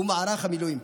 הוא מערך המילואים.